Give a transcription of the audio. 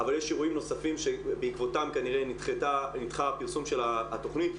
אבל יש אירועים נוספים שבעקבותם כנראה נדחה הפרסום של התכנית.